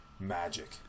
Magic